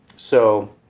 so,